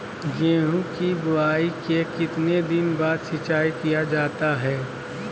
गेंहू की बोआई के कितने दिन बाद सिंचाई किया जाता है?